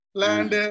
land